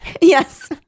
Yes